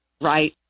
right